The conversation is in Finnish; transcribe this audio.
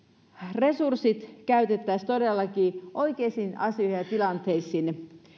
resurssit käytettäisiin todellakin oikeisiin asioihin ja tilanteisiin